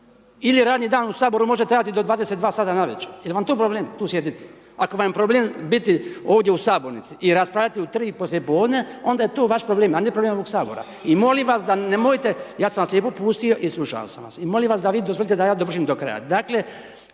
Ili radni dan u Saboru možete raditi do 22 sata navečer. Jel vam to problem tu sjediti. Ako vam je problem biti ovdje u Sabornici i raspravljati u 3 poslijepodne, onda je to vaš problem, a ne problem ovog Sabora. I molim vas, da nemojte, ja sam vas lijepo pustio i slušao sam vas i molim vas da vi dozvolite da ja dovršim do kraja.